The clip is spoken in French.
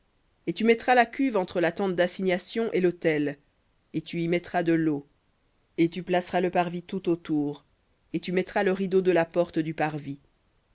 et tu mettras la cuve entre la tente d'assignation et l'autel et tu y mettras de leau et tu placeras le parvis tout autour et tu mettras le rideau de la porte du parvis